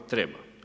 Treba.